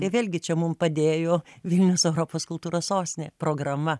tai vėlgi čia mum padėjo vilnius europos kultūros sostinė programa